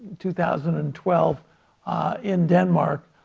two thousand and twelve in denmark,